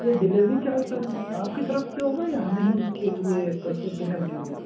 یہ delivery charge sir آپ کی طرف سے ہوگا یا ہمیں ہی اس کے لیے پیسے پے کرنے ہوں گے